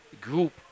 group